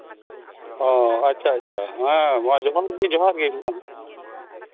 ᱚᱻ ᱟᱪᱪᱷᱟ ᱟᱪᱪᱷᱟ ᱦᱮᱸ ᱡᱚᱦᱟᱨ ᱜᱮ ᱡᱚᱦᱟᱨ ᱜᱮ ᱢᱟ